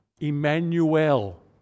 Emmanuel